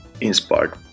inspired